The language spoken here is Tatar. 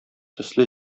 төсле